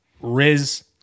Riz